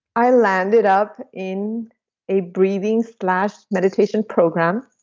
i landed up in a breathing slash meditation program,